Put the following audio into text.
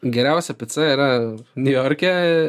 geriausia pica yra niujorke